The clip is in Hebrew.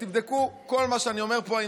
ותבדקו כל מה שאני אומר פה,